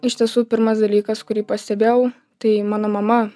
iš tiesų pirmas dalykas kurį pastebėjau tai mano mama